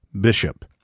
Bishop